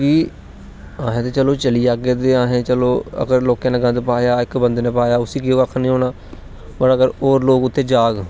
कि असें ते चलो चली जागे ते असें चलो अगर लोकें गंद पाया इक बंदे ने पाया उसी किश आक्खन नेई होना बट अगर और लोक उत्थै जाग